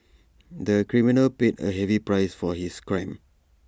the criminal paid A heavy price for his crime